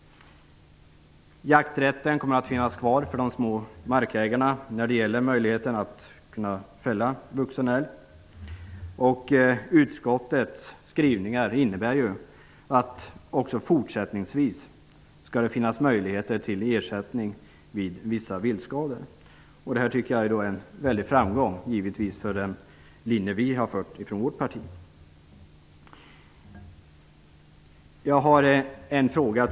Jakträtten kommer att finnas kvar för de små markägarna när det gäller möjligheten att fälla en vuxen älg. Uskottets skrivningar innebär att det också fortsättningsvis kommer att finnas möjligheter till ersättning vid vissa viltskador. Det tycker jag givetvis är en stor framgång för den linje som vi haft i vårt parti.